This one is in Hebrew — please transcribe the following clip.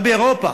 גם באירופה.